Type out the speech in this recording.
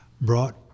brought